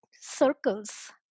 circles